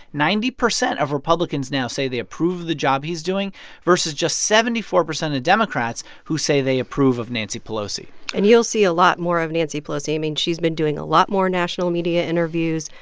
ninety percent of republicans now say they approve of the job he's doing versus just seventy four percent of democrats who say they approve of nancy pelosi and you'll see a lot more of nancy pelosi. i mean, she's been doing a lot more national media interviews.